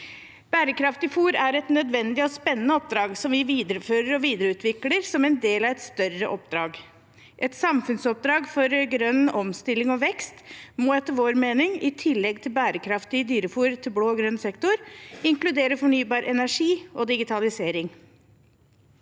Bærekraftig fôr er et nødvendig og spennende oppdrag som vi viderefører og videreutvikler som en del av et større oppdrag. Et samfunnsoppdrag for «Grønn omstilling og vekst» må etter vår mening i tillegg til bærekraftig dyrefôr til blå og grønn sektor inkludere fornybar energi og digitalisering.